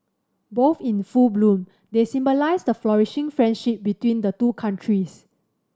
both in full bloom they symbolise the flourishing friendship between the two countries